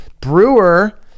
Brewer